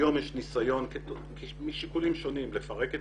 היום יש ניסיון משיקולים שונים לפרק את